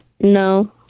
No